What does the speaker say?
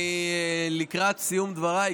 אני לקראת סיום דבריי,